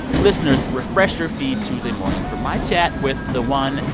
listeners, refresh your feed tuesday morning for my chat with the one,